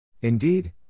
Indeed